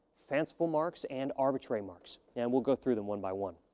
fanciful marks, and arbitrary marks. and we'll go through them one by one.